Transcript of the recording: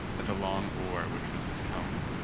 at the long oar which was his helm.